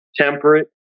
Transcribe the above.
Temperate